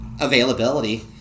availability